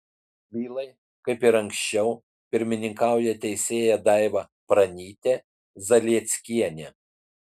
bylai kaip ir anksčiau pirmininkauja teisėja daiva pranytė zalieckienė